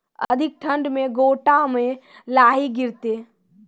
अधिक ठंड मे गोटा मे लाही गिरते?